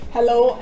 Hello